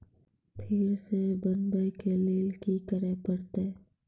फेर सॅ बनबै के लेल की करे परतै?